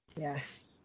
Yes